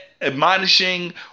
admonishing